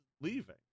leaving